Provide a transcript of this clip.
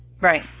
Right